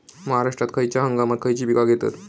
महाराष्ट्रात खयच्या हंगामांत खयची पीका घेतत?